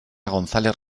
gonzález